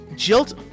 Jilt